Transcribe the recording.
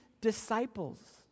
disciples